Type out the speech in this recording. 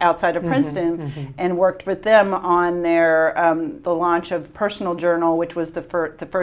outside of london and worked with them on their the launch of personal journal which was the for the first